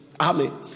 Amen